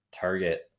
target